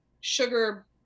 sugar